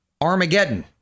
Armageddon